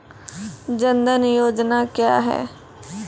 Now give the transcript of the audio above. जन धन योजना क्या है?